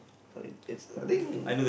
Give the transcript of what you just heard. it's it's a thing